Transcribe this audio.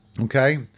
okay